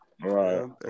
Right